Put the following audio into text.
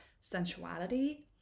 sensuality